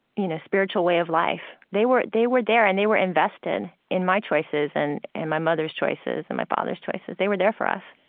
you know, spiritual way of life. they were they were there and they were invested in my choices and and my mother's choices and my father's choices. they were there for us